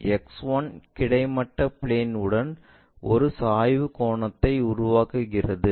இந்த வரி X1 கிடைமட்ட பிளேன் உடன் ஒரு சாய்வு கோணத்தை உருவாக்குகிறது